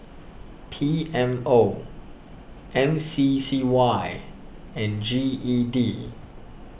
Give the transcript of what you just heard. P M O M C C Y and G E D